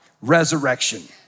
resurrection